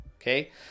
okay